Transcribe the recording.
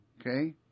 okay